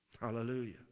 Hallelujah